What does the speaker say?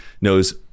knows